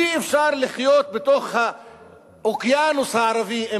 אי-אפשר לחיות בתוך האוקיינוס הערבי,